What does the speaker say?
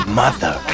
mother